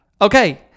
Okay